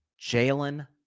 Jalen